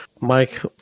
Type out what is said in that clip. Mike